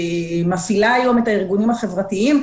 ומפעילה היום את הארגונים החברתיים,